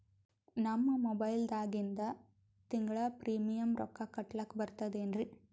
ನಮ್ಮ ಮೊಬೈಲದಾಗಿಂದ ತಿಂಗಳ ಪ್ರೀಮಿಯಂ ರೊಕ್ಕ ಕಟ್ಲಕ್ಕ ಬರ್ತದೇನ್ರಿ?